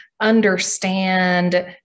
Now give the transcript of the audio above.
understand